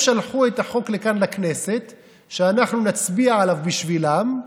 הם שלחו את החוק לכאן לכנסת שאנחנו נצביע עליו בשבילם,